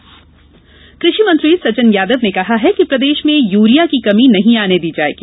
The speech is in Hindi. सचिन उर्वरक कृषि मंत्री सचिन यादव ने कहा है कि प्रदेश में यूरिया की कमी नहीं आने दी जायेगी